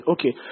Okay